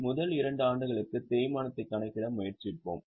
எனவே முதல் 2 ஆண்டுகளுக்கு தேய்மானத்தைக் கணக்கிட முயற்சிப்போம்